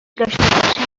داشته